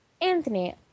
Anthony